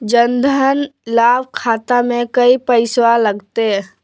जन धन लाभ खाता में कोइ पैसों लगते?